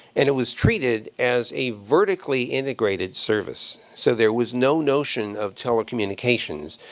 and it was treated as a vertically integrated service, so there was no notion of telecommunications.